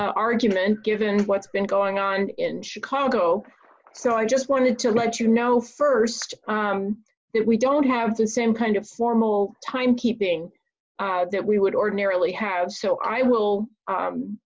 argument given what's been going on in chicago so i just wanted to let you know st that we don't have the same kind of formal timekeeping that we would ordinarily have so i will